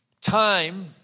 Time